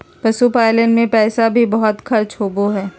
पशुपालन मे पैसा भी बहुत खर्च होवो हय